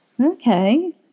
okay